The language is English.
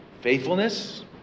faithfulness